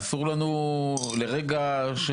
אסור לנו לחשוב לרגע